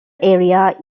area